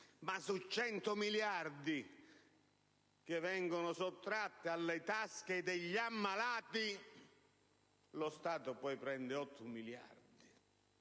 Ma su quei 100 miliardi sottratti dalle tasche degli "ammalati", lo Stato poi prende 8 miliardi.